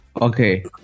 Okay